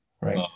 Right